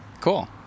cool